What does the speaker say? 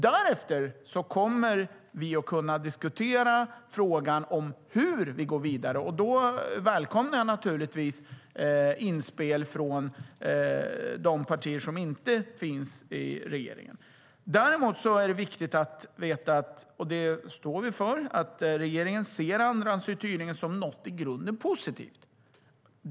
Därefter kommer vi att kunna diskutera frågan hur vi går vidare, och då välkomnar jag naturligtvis inspel från de partier som inte är med i regeringen. Däremot är det viktigt att veta att regeringen - och det står vi för - ser andrahandsuthyrningen som något i grunden positivt.